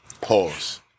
Pause